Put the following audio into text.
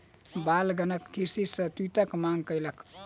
बालकगण कृषक सॅ तूईतक मांग कयलक